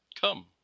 Come